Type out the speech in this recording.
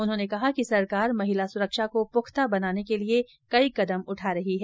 उन्होंने कहा कि सरकार महिला सुरक्षा को पूख्ता बनाने के लिए अनेक कदम उठा रही है